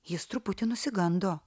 jis truputį nusigando